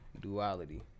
duality